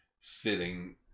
sitting